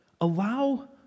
allow